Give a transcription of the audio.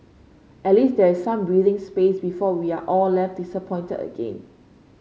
at least there is some breathing space before we are all left disappointed again